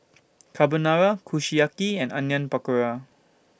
Carbonara Kushiyaki and Onion Pakora